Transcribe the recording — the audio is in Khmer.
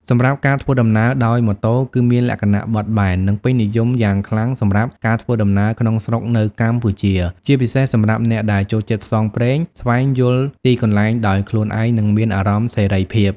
សម្រាប់ការធ្វើដំណើរដោយ ម៉ូតូ គឺមានលក្ខណៈបត់បែន និងពេញនិយមយ៉ាងខ្លាំងសម្រាប់ការធ្វើដំណើរក្នុងស្រុកនៅកម្ពុជា ជាពិសេសសម្រាប់អ្នកដែលចូលចិត្តផ្សងព្រេង ស្វែងយល់ទីកន្លែងដោយខ្លួនឯង និងមានអារម្មណ៍សេរីភាព។